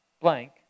blank